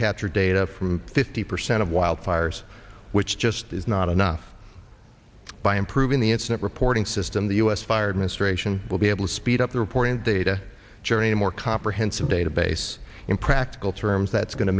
capture data from fifty percent of wildfires which just is not enough by improving the incident reporting system the u s fired ministration will be able to speed up the reporting data journey more comprehensive database in practical terms that's go